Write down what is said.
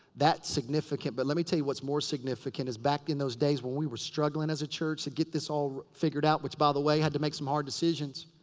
that's significant. but let me tell you what's more significant. is back in those days when we were struggling as a church to get this all figured out. which, by the way had to make some hard decisions.